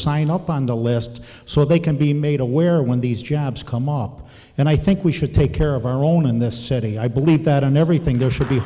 sign up on the list so they can be made aware when these jobs come up and i think we should take care of our own in this city i believe that in everything there should be